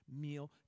meal